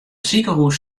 sikehûs